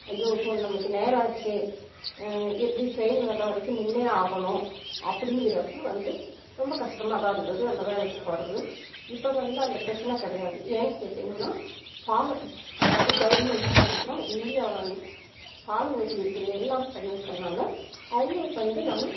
அய்யோ இப்போ நம்மளுக்கு நேரம் ஆச்சே எப்படி ட்ரெயின் வர வரைக்கும் நின்றே ஆகணும் அப்படிங்கிறப்ப வந்த ரொம்ப கஷ்டமா தான் இருந்தது அந்த வேலைக்கு போகிறது இப்போ வந்து அந்த பிரச்சின கிடையாது ஏன்னெனு கேட்டீங்கன்னால் பாலம் அதாவது கவர்மெண்ட் மூலிமான இந்தியா வந்து பாலம் கட்டி இருக்குது எல்லாம் பண்ணியிருக்கிறனால அவங்க வந்து நம்ம